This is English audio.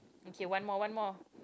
okay one more one more